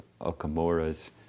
Okamura's